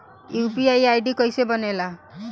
UPI ID कैसे बनेला?